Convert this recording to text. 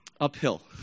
uphill